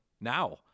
now